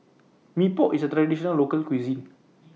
Mee Pok IS A Traditional Local Cuisine